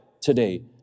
today